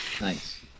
Nice